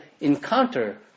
encounter